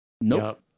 nope